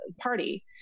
party